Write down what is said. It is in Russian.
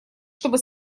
чтобы